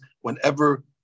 whenever